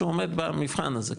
שהוא עומד במבחן הזה.